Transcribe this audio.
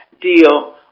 deal